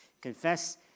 confess